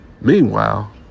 Meanwhile